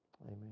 Amen